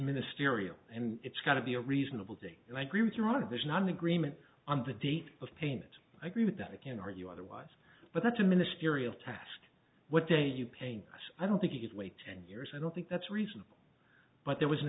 ministerial and it's got to be a reasonable date and i agree with you on a vision an agreement on the date of payment i agree with that i can argue otherwise but that's a ministerial task what days you pain us i don't think you could wait ten years i don't think that's reasonable but there was an